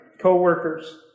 co-workers